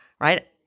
right